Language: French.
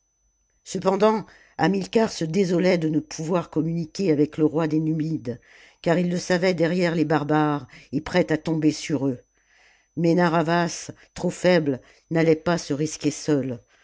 cependant hamilcar se désolait de ne pouvoir communiquer avec le roi des numides car il le savait derrière les barbares et prêt à tomber sur eux mais narr'havas trop faible n'allait pas se risquer seul